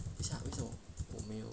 等一下为什么我没有